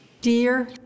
dear